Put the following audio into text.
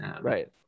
Right